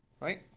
right